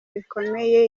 bikomeye